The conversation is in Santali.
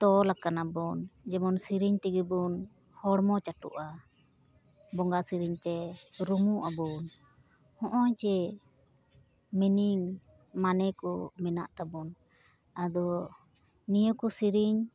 ᱛᱚᱞ ᱟᱠᱟᱱᱟᱵᱚᱱ ᱡᱮᱢᱚᱱ ᱥᱤᱨᱤᱧ ᱛᱮᱜᱮᱵᱚᱱ ᱦᱚᱲᱢᱚ ᱪᱟᱴᱚᱜᱼᱟ ᱵᱚᱸᱜᱟ ᱥᱤᱨᱤᱥᱧᱛᱮ ᱨᱩᱢᱩᱜ ᱟᱵᱚᱱ ᱦᱚᱸᱜᱼᱚᱭ ᱡᱮ ᱢᱤᱱᱤᱝ ᱢᱟᱱᱮᱠᱚ ᱢᱮᱱᱟᱜ ᱛᱟᱵᱚᱱ ᱟᱫᱚ ᱱᱤᱭᱟᱹᱠᱚ ᱥᱤᱨᱤᱧ